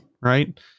right